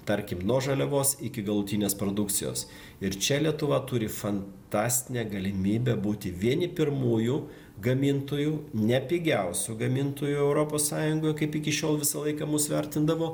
tarkim nuo žaliavos iki galutinės produkcijos ir čia lietuva turi fantastinę galimybę būti vieni pirmųjų gamintojų ne pigiausių gamintojų europos sąjungoje kaip iki šiol visą laiką mus vertindavo